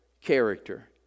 character